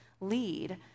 lead